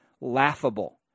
laughable